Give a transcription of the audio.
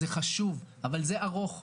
זה חשוב אבל זה ארוך,